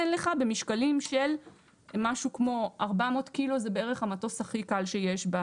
אין לך במשקלים של משהו כמו 400 ק"ג זה בערך המטוס הכי קל שיש.